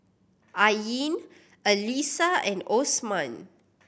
Ain Alyssa and Osman